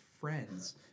friends